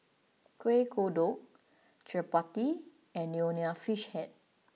Kuih Kodok Chappati and Nonya Fish Head